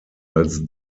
als